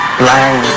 blind